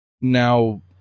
Now